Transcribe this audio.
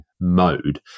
mode